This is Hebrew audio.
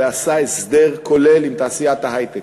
ועשה הסדר כולל עם תעשיית ההיי-טק,